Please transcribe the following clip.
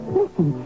listen